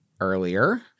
earlier